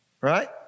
Right